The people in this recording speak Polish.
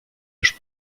już